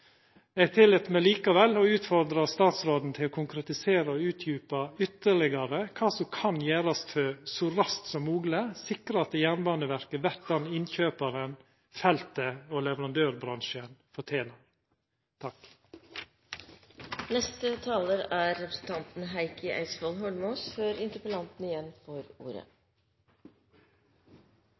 Eg tillét meg likevel å utfordra statsråden til å konkretisera og utdjupa ytterlegare kva som kan gjerast for – så raskt som mogleg – å sikra at Jernbaneverket vert den innkjøparen feltet og leverandørbransjen fortener. Jeg vil takke interpellanten for muligheten til å diskutere jernbanevedlikehold. Jeg synes det er